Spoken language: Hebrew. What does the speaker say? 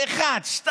לאחד, שניים,